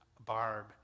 Barb